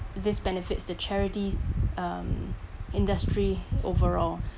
this benefits the charities um industry overall